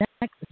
next